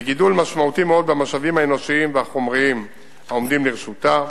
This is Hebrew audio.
וגידול משמעותי מאוד במשאבים האנושיים והחומריים העומדים לרשותה,